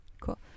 cool